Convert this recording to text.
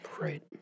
Right